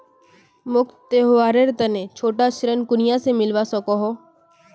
मोक त्योहारेर तने छोटा ऋण कुनियाँ से मिलवा सको हो?